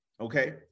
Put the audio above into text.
okay